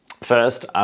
First